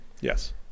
yes